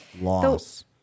loss